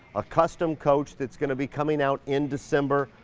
a custom coach that's gonna be coming out in december.